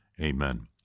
Amen